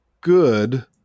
good